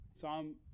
Psalm